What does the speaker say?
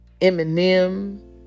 Eminem